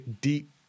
deep